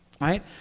right